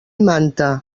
manta